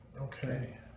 Okay